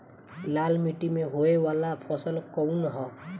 लाल मीट्टी में होए वाला फसल कउन ह?